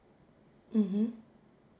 mmhmm